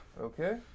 Okay